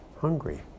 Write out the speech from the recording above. hungry